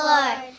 Lord